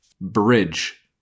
Bridge